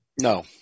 No